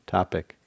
Topic